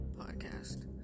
podcast